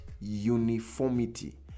uniformity